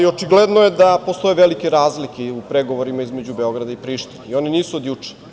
Očigledno je da postoje velike razlike u pregovorima između Beograda i Prištine i one nisu od juče.